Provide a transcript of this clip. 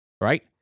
right